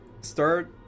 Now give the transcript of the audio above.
start